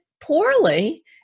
poorly